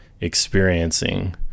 experiencing